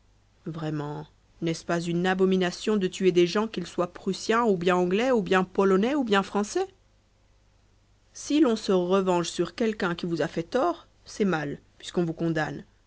vraiment n'est-ce pas une abomination de tuer des gens qu'ils soient prussiens ou bien anglais ou bien polonais ou bien français si l'on se revenge sur quelqu'un qui vous a fait tort c'est mal puisqu'on vous condamne